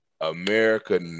America